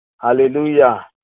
Hallelujah